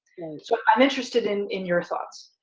so i'm interested in in your thoughts.